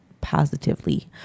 positively